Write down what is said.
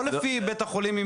לא לפי בית החולים,